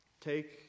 take